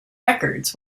records